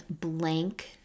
blank